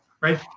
right